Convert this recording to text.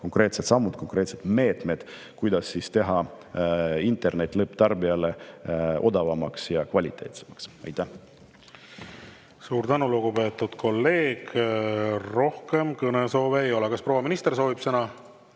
konkreetseid samme, konkreetseid meetmeid, kuidas teha internet lõpptarbijale odavamaks ja kvaliteetsemaks. Aitäh! Suur tänu, lugupeetud kolleeg! Rohkem kõnesoove ei ole. Kas proua minister soovib sõna?